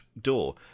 door